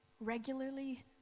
Regularly